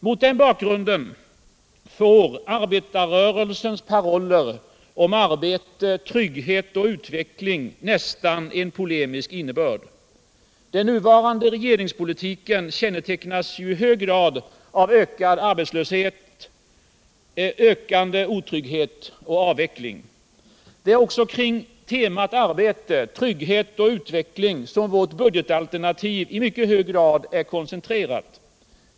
Mot den bakgrunden får arbetarrörelsens paroller om arbete, trygghet och utveckling nästan en polemisk innebörd. Den nuvarande regeringspolitiken kännetecknas ju i hög grad av ökad arbetslöshet, ökande otrygghet och avveckling. Det är också kring temat arbete, trygghet och utveckling som vårt budgetalternativ i mycket hög grad är koncentrerat.